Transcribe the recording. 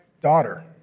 daughter